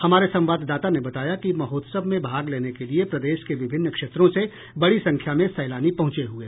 हमारे संवाददाता ने बताया कि महोत्सव में भाग लेने के लिये प्रदेश के विभिन्न क्षेत्रों से बड़ी संख्या में सैलानी पहुंचे हुए हैं